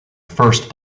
first